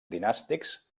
dinàstics